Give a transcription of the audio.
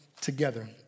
together